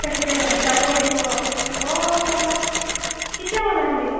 তাকে যাব লাগিব অঁ কেতিয়া বনালি